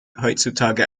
heutzutage